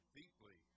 deeply